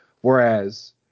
whereas